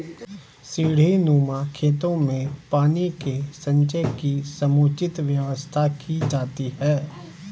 सीढ़ीनुमा खेतों में पानी के संचय की समुचित व्यवस्था की जाती है